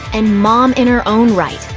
and mom in her own right.